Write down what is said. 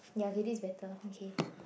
ya okay this is better okay